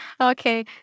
okay